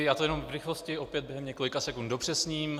Já to jenom v rychlosti opět do několika sekund dopřesním.